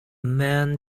man